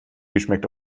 geschmeckt